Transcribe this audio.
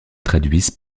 traduisent